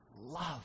love